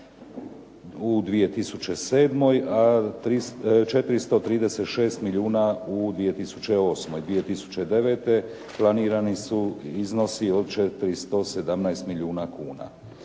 u 2007. a 436 milijuna u 2008. 2009. planirani su iznosi od 417 milijuna kuna.